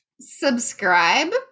subscribe